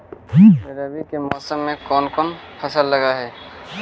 रवि के मौसम में कोन कोन फसल लग है?